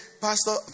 Pastor